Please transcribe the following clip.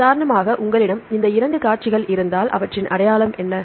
உதாரணமாக உங்களிடம் இந்த இரண்டு காட்சிகள் இருந்தால் அவற்றின் அடையாளம் என்ன